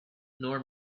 nor